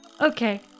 Okay